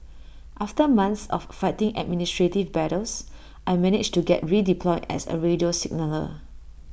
after months of fighting administrative battles I managed to get redeployed as A radio signaller